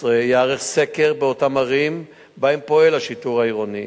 באפריל 2012 ייערך סקר באותן ערים שבהם פועל השיטור העירוני